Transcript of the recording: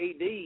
AD